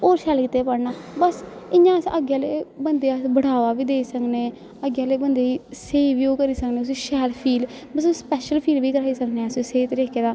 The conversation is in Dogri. होर शैल कीते दे पढ़ना बस इ'यां अस अग्गें आह्ले बंदे गी अस बढ़ावा बी देई सकने अग्गें आह्ले बंदे गी स्हेई बी ओह् करी सकने उस्सी शैल फील मतलब स्पैशल फील बी कराई सकने अस स्हेई तरीके दा